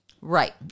Right